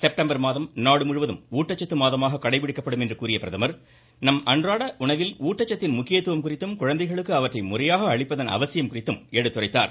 செப்டம்பா மாதம் நாடு முழுவதும் ஊட்டச்சத்து மாதமாக கடைபிடிக்கப்படும் என்று கூறிய பிரதமர் நம் அன்றாட உணவில் ஊட்டச்சத்தின் முக்கியத்துவம் குறித்தும் குழந்தைகளுக்கு அவற்றை முறையாக அளிப்பதன் அவசியம் குறித்தும் எடுத்துரைத்தார்